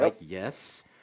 yes